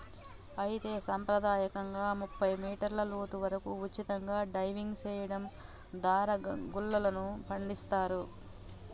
అయితే సంప్రదాయకంగా ముప్పై మీటర్ల లోతు వరకు ఉచితంగా డైవింగ్ సెయడం దారా గుల్లలను పండిస్తారు